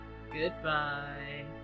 Goodbye